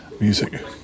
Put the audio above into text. music